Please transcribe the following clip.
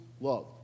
loved